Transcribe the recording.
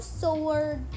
sword